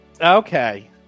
Okay